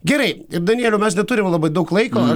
gerai danieliau mes neturim labai daug laiko